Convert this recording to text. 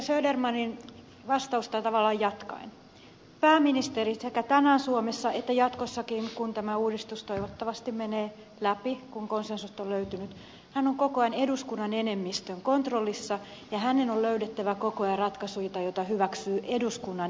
södermanin vastausta tavallaan jatkaen pääministeri suomessa sekä tänään että jatkossakin kun tämä uudistus toivottavasti menee läpi kun konsensusta on löytynyt on koko ajan eduskunnan enemmistön kontrollissa ja hänen on löydettävä koko ajan ratkaisuja joita hyväksyy eduskunnan enemmistö